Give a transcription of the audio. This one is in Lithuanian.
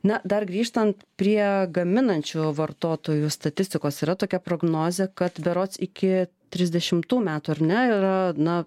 na dar grįžtant prie gaminančių vartotojų statistikos yra tokia prognozė kad berods iki trisdešimtų metų ar ne yra na